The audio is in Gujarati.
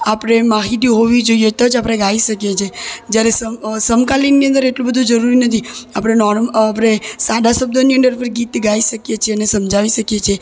આપણે માહિતી હોવી જોઈએ તો જ આપણે તો જ આપરે ગાઈ શકીએ છીએ જ્યારે સમ સમકાલીનની અંદર એટલું બધું જરૂરી નથી આપણે નૉર્મ આપણે સાદા શબ્દની અંદર પર ગીત ગાઈ શકીએ છીએ અને સમજાવી શકીએ છીએ